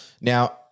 Now